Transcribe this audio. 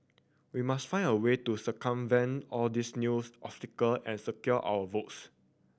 we must find a way to circumvent all these news obstacle and secure our votes